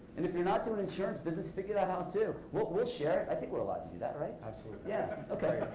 and if you're not doing the insurance business, figure that out too. we'll share it. i think we're allowed to do that, right? absolutely. yeah okay.